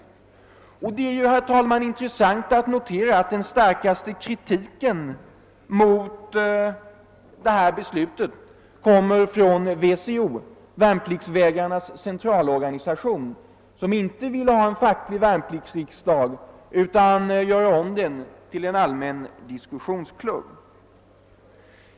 Det är intressant att notera, herr talman, att den starkaste kritiken mot detta beslut kommer från VCO, Värnpliktsvägrarnas centralorganisation, som inte vill ha en facklig värnpliktsriksdag utan vill göra om den till en allmän diskussionsklubb.